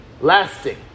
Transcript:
Lasting